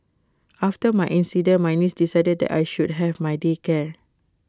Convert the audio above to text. after my incident my niece decided that I should have my day care